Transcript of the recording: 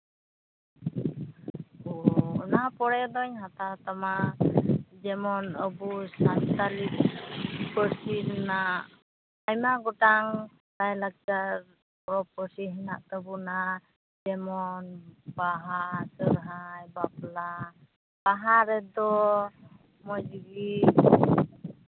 ᱳ ᱚᱱᱟ ᱯᱚᱨᱮ ᱫᱩᱧ ᱦᱟᱛᱟᱣ ᱛᱟᱢᱟ ᱡᱮᱢᱚᱱ ᱟᱵᱚ ᱥᱟᱱᱛᱟᱞᱤ ᱯᱟᱹᱨᱥᱤ ᱨᱮᱱᱟᱜ ᱟᱭᱢᱟ ᱜᱚᱴᱟᱝ ᱞᱟᱭᱼᱞᱟᱠᱪᱟᱨ ᱯᱚᱨᱚᱵᱽ ᱯᱟᱹᱞᱤ ᱦᱮᱱᱟᱜ ᱛᱟᱵᱚᱱᱟ ᱡᱮᱢᱚᱱ ᱵᱟᱦᱟ ᱥᱚᱨᱦᱟᱭ ᱵᱟᱯᱞᱟ ᱡᱟᱦᱟᱸᱨᱮᱫᱚ ᱢᱚᱡᱽᱜᱮ